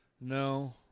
No